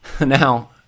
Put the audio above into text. Now